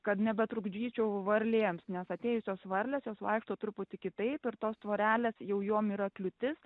kad nebetrukdyčiau varlėms nes atėjusios varlės jos vaikšto truputį kitaip ir tos tvorelės jau jom yra kliūtis